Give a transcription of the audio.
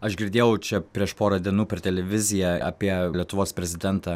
aš girdėjau čia prieš porą dienų per televiziją apie lietuvos prezidentą